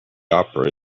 opera